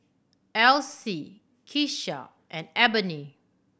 Alcee Kesha and Ebony